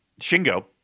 Shingo